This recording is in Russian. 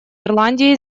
ирландии